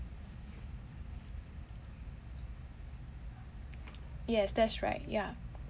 yes that's right yeah